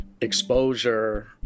exposure